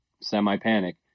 semi-panic